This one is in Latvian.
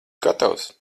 gatavs